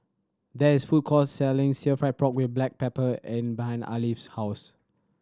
there is food court selling sill fry pork with black pepper and behind Alfie's house